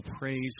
praise